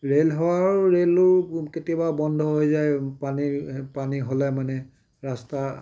rail সেৱাৰো ৰেলো কেতিয়াবা বন্ধ হৈ যায় পানীৰ পানী হ'লে মানে ৰাস্তা